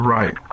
Right